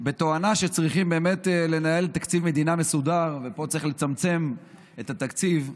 בתואנה שצריכים באמת לנהל תקציב מדינה מסודר ופה צריך לצמצם את התקציב,